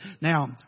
Now